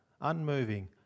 unmoving